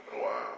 Wow